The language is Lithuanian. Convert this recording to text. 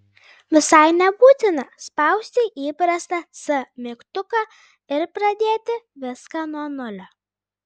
visai nebūtina spausti įprastą c mygtuką ir pradėti viską nuo nulio